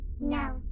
No